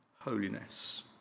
holiness